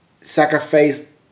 sacrifice